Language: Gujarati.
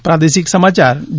પ્રાદેશિક સમાયાર જે